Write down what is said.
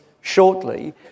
shortly